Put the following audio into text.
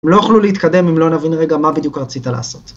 ‫הם לא יוכלו להתקדם אם לא נבין רגע ‫מה בדיוק רצית לעשות.